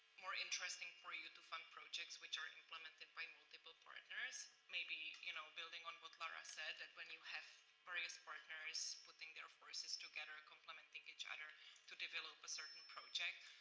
more interesting for you to fund projects which are implemented by multiple partners, maybe you know building on what larah said, that when you have various partners, putting their forces together, complementing each other to develop a certain project,